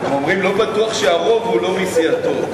הם אומרים: לא בטוח שהרוב הוא לא מסיעתו.